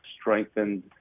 strengthened